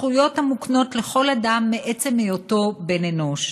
זכויות המוקנות לכל אדם מעצם היותו בן אנוש.